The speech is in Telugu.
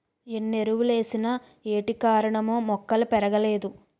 ఎన్నెరువులేసిన ఏటికారణమో మొక్కలు పెరగలేదు